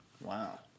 Wow